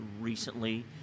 Recently